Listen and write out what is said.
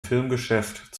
filmgeschäft